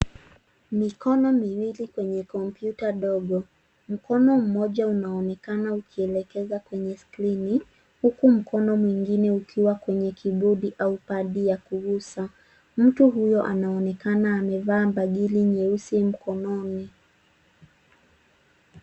Mikono miwili kwenye kompyuta ndogo, mkono mmoja unaonekana ukielekeza kwenye skrini, huku mkono mwingine ukiwa kwenye kibodi au padi ya kugusa. Mtu huyo anaonekana amevaa bangili nyeusi mkononi.